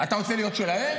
אתה רוצה להיות שלהם?